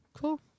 Cool